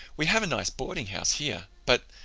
we have a nice boardinghouse here, but,